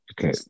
Okay